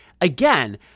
again